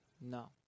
No